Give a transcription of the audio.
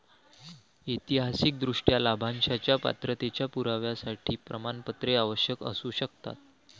ऐतिहासिकदृष्ट्या, लाभांशाच्या पात्रतेच्या पुराव्यासाठी प्रमाणपत्रे आवश्यक असू शकतात